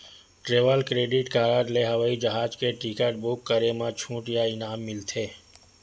travel credit card ले हवई जहाज के टिकट बूक करे म छूट या इनाम मिलथे